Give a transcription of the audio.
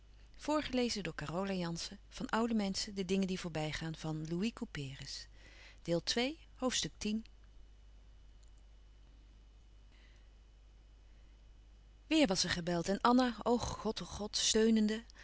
oude menschen de dingen die voorbij gaan weêr was er gebeld en